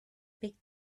big